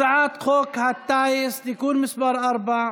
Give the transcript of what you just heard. אנחנו עוברים להצבעה על הצעת חוק הטיס (תיקון מס' 4),